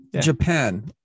Japan